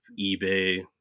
ebay